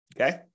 Okay